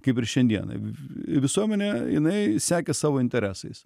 kaip ir šiandiena visuomenė jinai sekė savo interesais